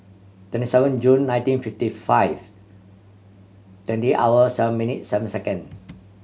twenty seven June nineteen fifty five twenty hour seven minute seven second